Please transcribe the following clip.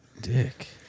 Dick